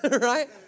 right